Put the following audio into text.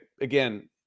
again